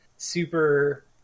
Super